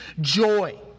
joy